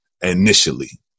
initially